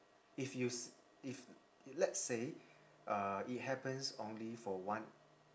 if you s~ if let's say uh it happens only for one